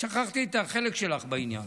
שכחתי את החלק שלך בעניין.